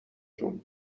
جون